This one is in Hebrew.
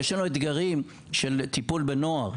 יש לנו אתגרים של טיפול בנוער,